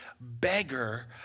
beggar